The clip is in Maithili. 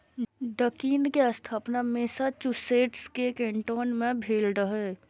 डकिन के स्थापना मैसाचुसेट्स के कैन्टोन मे भेल रहै